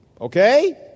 Okay